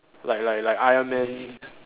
like like like Iron man